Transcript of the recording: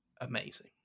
amazing